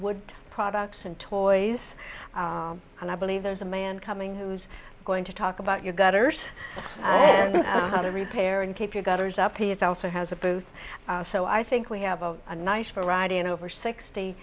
wood products and toys and i believe there's a man coming who's going to talk about your gutters and how to repair and keep your gutters up he is also has a booth so i think we have a nice variety and over sixty